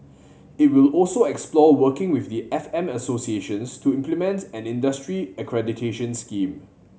it will also explore working with the F M associations to implement and industry accreditation scheme